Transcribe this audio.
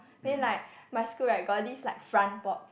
then like my school like got this like front board